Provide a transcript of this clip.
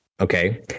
okay